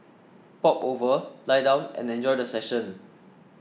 pop over lie down and enjoy the session